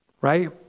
Right